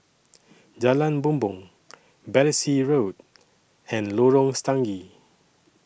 Jalan Bumbong Battersea Road and Lorong Stangee